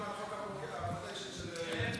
עוד מעט חוק הפרוטקשן של אלמוג,